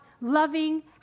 loving